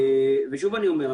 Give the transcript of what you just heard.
ושוב אני אומר,